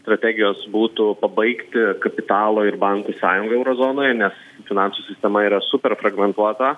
strategijos būtų pabaigti kapitalo ir bankų sąjungą euro zonoje nes finansų sistema yra super fragmentuota